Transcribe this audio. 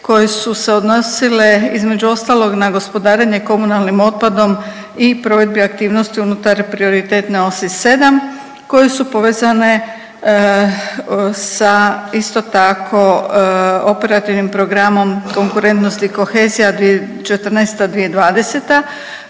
koje su se odnosile između ostalog na gospodarenje komunalnim otpadom i provedbi aktivnosti unutar prioritetne osi 7 koje su povezane sa isto tako Operativnim programom Konkurentnost i Kohezija 2014.-2020.